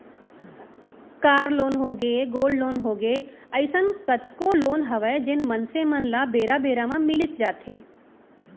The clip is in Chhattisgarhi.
कार लोन होगे, गोल्ड लोन होगे, अइसन कतको लोन हवय जेन मनसे मन ल बेरा बेरा म मिलीच जाथे